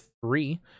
three